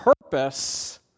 purpose